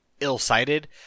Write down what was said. ill-sighted